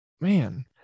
man